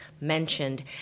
mentioned